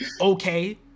okay